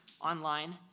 online